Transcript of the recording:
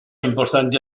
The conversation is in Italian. importanti